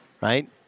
Right